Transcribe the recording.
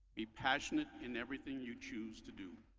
be passionate in everything you choose to do.